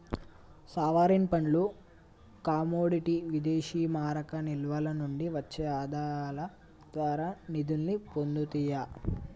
sovereign ఫండ్లు commodity విదేశీమారక నిల్వల నుండి వచ్చే ఆదాయాల ద్వారా నిధుల్ని పొందుతియ్యి